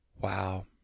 Wow